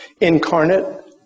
incarnate